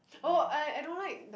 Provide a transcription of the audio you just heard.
oh I I don't like the